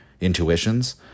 intuitions